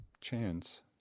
chance